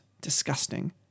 disgusting